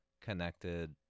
connected